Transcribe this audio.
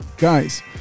Guys